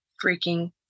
freaking